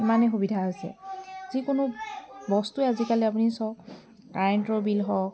ইমানেই সুবিধা হৈছে যিকোনো বস্তুৱে আপুনি চাওক কাৰেণ্টৰ বিল হওক